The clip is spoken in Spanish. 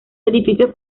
edificios